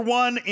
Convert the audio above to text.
one